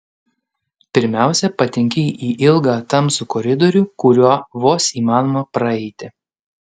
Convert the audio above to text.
pirmiausia patenki į ilgą tamsų koridorių kuriuo vos įmanoma praeiti